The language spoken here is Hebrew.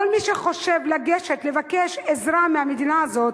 כל מי שחושב לגשת לבקש עזרה מהמדינה הזאת,